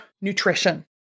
nutrition